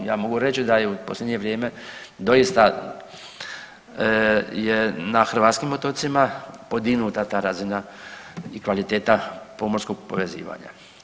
I ja mogu reći da je u posljednje vrijeme doista je na hrvatskim otocima podignuta ta razina i kvaliteta pomorskog povezivanja.